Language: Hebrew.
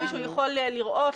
שהוא יכול לראות,